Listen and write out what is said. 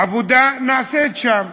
עבודה נעשית שם.